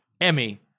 Emmy